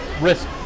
risk